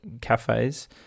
cafes